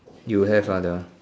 you have ah the